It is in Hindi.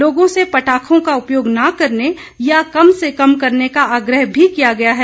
लोगों से पटाखों का उपयोग ना करने या कम से कम करने का आग्रह भी किया गया है